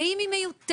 ואם היא מיותרת,